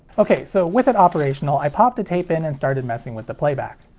ok, so with it operational, i popped a tape in and starting messing with the playback.